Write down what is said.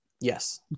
yes